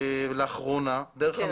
לאחרונה דרך המשרד.